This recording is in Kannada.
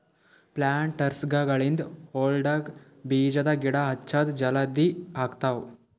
ಪ್ಲಾಂಟರ್ಸ್ಗ ಗಳಿಂದ್ ಹೊಲ್ಡಾಗ್ ಬೀಜದ ಗಿಡ ಹಚ್ಚದ್ ಜಲದಿ ಆಗ್ತಾವ್